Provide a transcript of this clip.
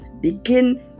Begin